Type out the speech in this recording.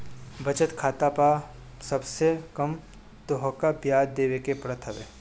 बचत खाता पअ सबसे कम तोहके बियाज देवे के पड़त हवे